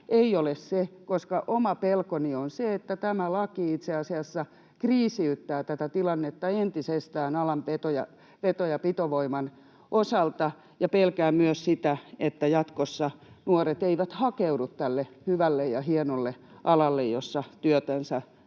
ei ole se, koska oma pelkoni on se, että tämä laki itse asiassa kriisiyttää tätä tilannetta entisestään alan veto- ja pitovoiman osalta, ja pelkään myös sitä, että jatkossa nuoret eivät hakeudu tälle hyvälle ja hienolle alalle, jossa merkityksellistä